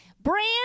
Brand